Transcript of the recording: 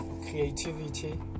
creativity